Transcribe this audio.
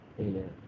Amen